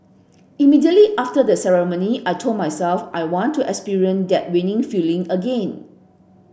immediately after the ceremony I told myself I want to experience that winning feeling again